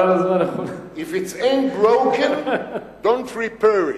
If it’s not broken, don’t repair it.